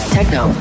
Techno